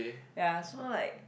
ya so like